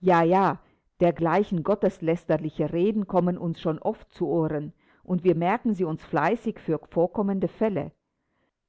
ja ja dergleichen gotteslästerliche reden kommen uns schon zu ohren und wir merken sie uns fleißig für vorkommende fälle